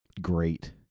great